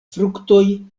fruktoj